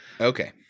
okay